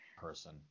person